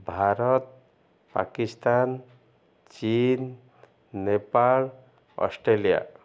ଭାରତ ପାକିସ୍ତାନ ଚୀନ ନେପାଳ ଅଷ୍ଟ୍ରେଲିଆ